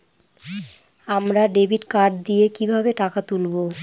আমরা debit card দিয়ে কিভাবে টাকা তুলবো?